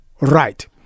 right